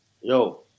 Yo